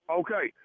okay